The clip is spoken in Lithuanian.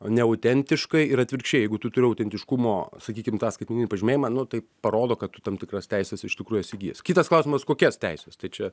neautentiškai ir atvirkščiai jeigu tu turi autentiškumo sakykim tą skaitmeninį pažymėjimą nu tai parodo kad tu tam tikras teises iš tikrųjų esi įgijęs kitas klausimas kokias teises tai čia